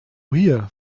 hier